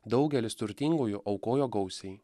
daugelis turtingųjų aukojo gausiai